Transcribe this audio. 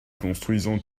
construisons